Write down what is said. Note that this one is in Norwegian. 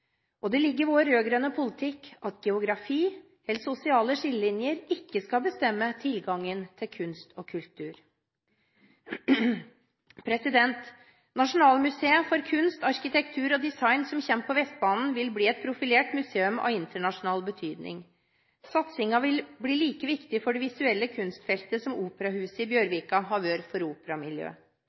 og det ligger i vår rød-grønne politikk at geografi eller sosiale skillelinjer ikke skal bestemme tilgangen til kunst og kultur. Nasjonalmuseet for kunst, arkitektur og design, som kommer på Vestbanen, vil bli et profilert museum av internasjonal betydning. Satsingen vil bli like viktig for det visuelle kunstfeltet som operahuset i Bjørvika har vært for